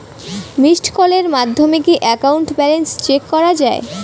Missed কলের মাধ্যমে কি একাউন্ট ব্যালেন্স চেক করা যায়?